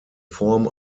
form